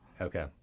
Okay